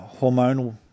hormonal